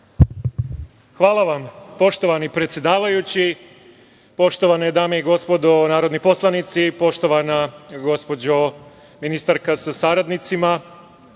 Hvala vam poštovani predsedavajući. Poštovane dame i gospodo narodni poslanici, poštovana gospođo ministarka sa saradnicima,